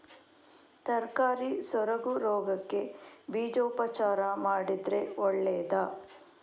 ತರಕಾರಿ ಸೊರಗು ರೋಗಕ್ಕೆ ಬೀಜೋಪಚಾರ ಮಾಡಿದ್ರೆ ಒಳ್ಳೆದಾ?